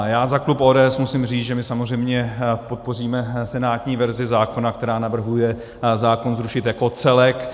Já za klub ODS musím říct, že my samozřejmě podpoříme senátní verzi zákona, která navrhuje zákon zrušit jako celek.